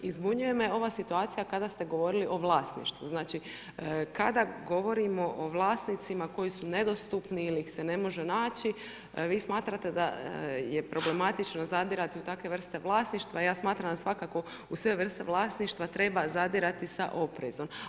I zbunjuje me ova situacija kada ste govorili o vlasništvu, znači kada govorimo o vlasnicima koji su nedostupni ili ih se ne može naći, vi smatrate da je problematično zadirati u takve vrsta vlasništva, ja smatram da svakako u sve vrste vlasništva treba zadirati sa oprezom.